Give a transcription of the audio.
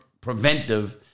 preventive